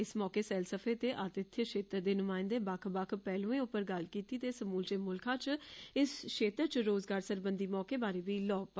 इस मौके सैलसफे ते अतित्थय क्षेत्र दे नुमायंदे बक्ख बक्ख पैहलुएं उप्पर गल्ल कीती ते समूलचे मुल्खा च इस क्षेत्र च रोजगार सरबंधी मौके बारे बी लोह् पाई